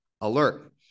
Alert